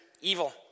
evil